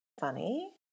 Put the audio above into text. funny